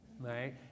Right